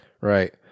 Right